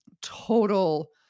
total